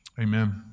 amen